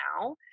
now